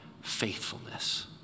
faithfulness